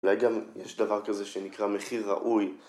אולי גם יש דבר כזה שנקרא מחיר ראוי